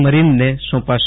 મરીનને સોંપાશે